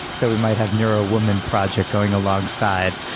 so we might have neuro woman project going alongside.